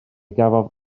gafodd